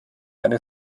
eine